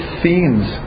themes